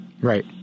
Right